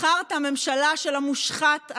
בחרת ממשלה של המושחת,